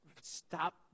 stop